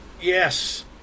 yes